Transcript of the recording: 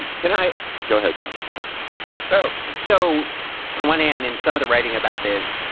can i go ahead, john? yeah oh. so on the one hand, in some of the writing about this,